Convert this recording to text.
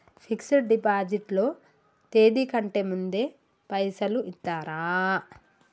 Fix డ్ deposit లో తేది కంటే ముందే పైసలు ఇత్తరా?